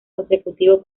consecutivo